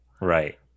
right